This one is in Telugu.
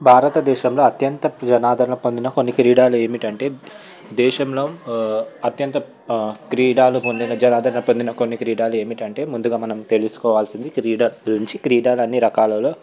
భారతదేశంలో అత్యంత జనాదరణ పొందిన కొన్ని క్రీడలు ఏమిటంటే దేశంలో అత్యంత క్రీడలు పొందిన జనాదరణ పొందిన కొన్ని క్రీడలు ఏమిటంటే ముందుగా మనం తెలుసుకోవాల్సింది క్రీడ గురించి క్రీడ అన్ని రకాలలో